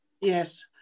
Yes